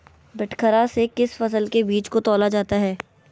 बटखरा से किस फसल के बीज को तौला जाता है?